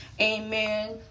amen